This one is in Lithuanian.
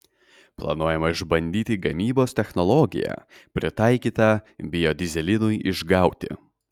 planuojama išbandyti gamybos technologiją pritaikytą biodyzelinui išgauti